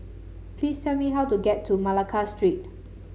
please tell me how to get to Malacca Street